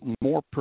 more